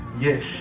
yes